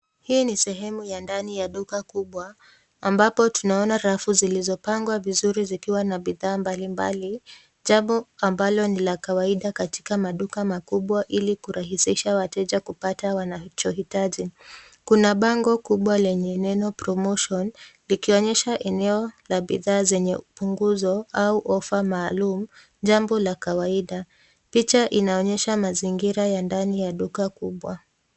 Hii ni sehemu ya ndani ya duka kubwa ambapo tunaona rafu zilizopangwa vizuri zikiwa na bidhaa mbalimbali ,jambo ambalo ni la kawaida katika maduka kubw ili kurahisisha wateja kupata wanachoitaji .Kuna bango kubwa lenye neno promotion likionyesha eneo la bidhaa zenye punguzo au ofa maalum jambo la kawaida. Piacha inaonyesha mazingira ya ndani ya duka kubwa.